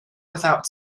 without